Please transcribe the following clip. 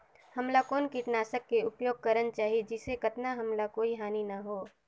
हमला कौन किटनाशक के उपयोग करन चाही जिसे कतना हमला कोई हानि न हो?